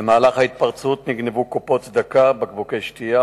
במהלך הפריצות נגנבו קופות צדקה ובקבוקי שתייה